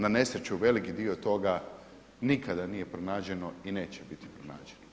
Na nesreću velik dio toga nikada nije pronađeno i neće biti pronađeno.